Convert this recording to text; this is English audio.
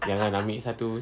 jangan ambil satu